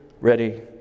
ready